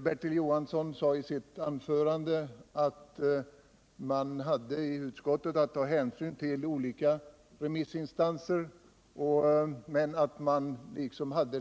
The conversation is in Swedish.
Bertil Johansson sade i sitt anförande att man i utskottet hade att ta ställning till vad som framförts av många olika remissinstanser, och han erkände att det